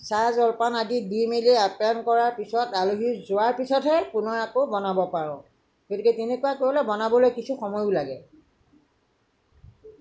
চাহ জলপান আদি দি মেলি আপ্যায়ন কৰাৰ পিছত আলহি যোৱাৰ পিছতহে আকৌ বনাব পাৰোঁ গতিকে তেনেকুৱা হ'লে বনাবলৈ কিছু সময়ো লাগে